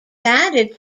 added